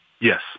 Yes